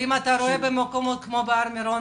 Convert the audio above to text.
אם אתה רואה במקומות כמו הר מירון,